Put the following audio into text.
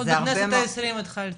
עוד בכנסת ה-20 התחלתי.